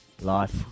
life